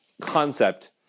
concept